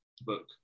book